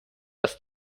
dass